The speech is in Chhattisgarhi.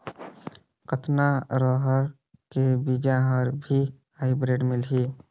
कतना रहर के बीजा हर भी हाईब्रिड मिलही?